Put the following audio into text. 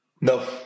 no